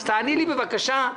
אז תעני לי בבקשה.